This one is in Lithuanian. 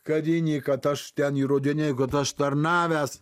karinį kad aš ten įrodinėju kad aš tarnavęs